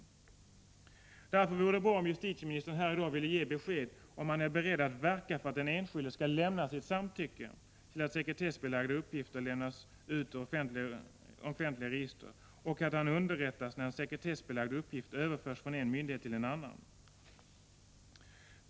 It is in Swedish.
1 april 1986 Därför vore det bra om justitieministern här i dag ville ge besked om han är beredd att verka för att den enskilde skall lämna sitt samtycke till att sekretessbelagda uppgifter lämnas ut ur offentliga register och att han underrättas när en sekretessbelagd uppgift överförs från en myndighet till en annan.